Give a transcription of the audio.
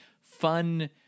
fun